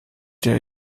der